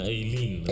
Aileen